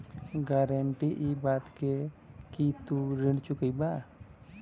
guarantee इ बात क कि तू ऋण चुकइबा